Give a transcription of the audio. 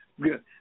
good